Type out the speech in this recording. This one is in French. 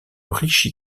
riche